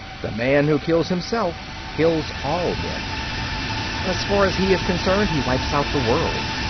the man who kills himself, kills all men as far as he is concerned he wipes out the world.